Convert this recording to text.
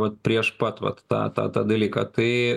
vat prieš pat vat tą tą dalyką tai